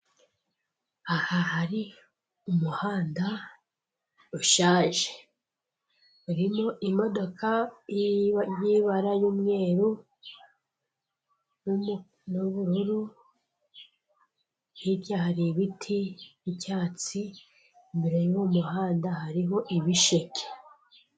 Aha hari umuhanda ushaje urimo imodoka y'ibara y'umweru n'ubururu, hirya hari ibiti by'icyatsi, imbere y'uwo muhanda hariho ibisheke.